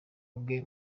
bwe